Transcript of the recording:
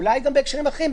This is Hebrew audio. אולי גם בהקשרים אחרים,